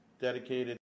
Dedicated